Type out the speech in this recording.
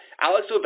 Alex